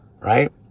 right